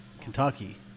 Kentucky